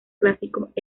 clásicos